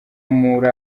muri